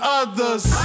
others